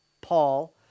Paul